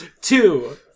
Two